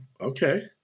okay